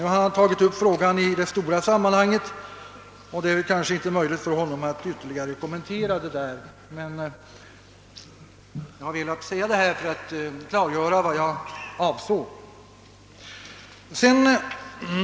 Nu har han tagit upp frågan i det stora sammanhanget, och det är kanske inte möjligt för honom att ytterligare kommentera min frågeställning. Jag har emellertid velat påpeka detta för att klargöra vad jag avsåg.